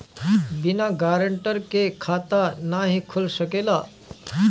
बिना गारंटर के खाता नाहीं खुल सकेला?